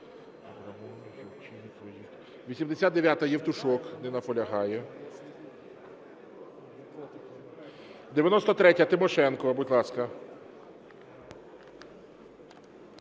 89-а, Євтушок. Не наполягає. 93-я, Тимошенко, будь ласка.